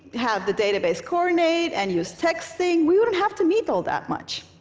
have the database coordinate, and use texting. we wouldn't have to meet all that much.